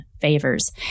favors